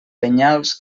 penyals